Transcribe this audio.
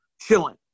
chilling